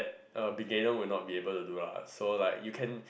a beginner will not be able to do lah so like you can